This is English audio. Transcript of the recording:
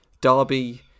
Derby